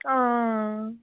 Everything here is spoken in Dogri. हां